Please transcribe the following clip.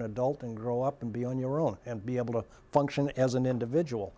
an adult and grow up and be on your own and be able to function as an individual